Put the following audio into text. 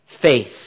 faith